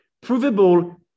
provable